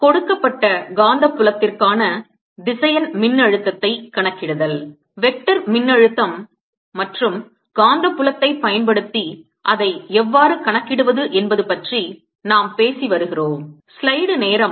கொடுக்கப்பட்ட காந்தப் புலத்திற்கான திசையன் மின்னழுத்தத்தை கணக்கிடுதல் வெக்டர் மின்னழுத்தம் மற்றும் காந்தப் புலத்தைப் பயன்படுத்தி அதை எவ்வாறு கணக்கிடுவது என்பது பற்றி நாம் பேசி வருகிறோம்